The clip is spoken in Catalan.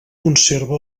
conserva